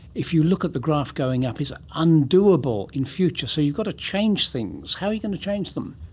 if you look at the graph going up, is undoable in future, so you've got to change things. how are you going to change them?